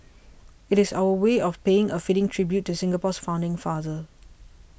it is our way of paying a fitting tribute to Singapore's founding father